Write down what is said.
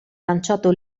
lanciato